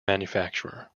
manufacturer